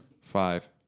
Five